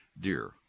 dear